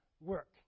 work